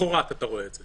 למחרת אתה רואה את זה.